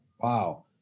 Wow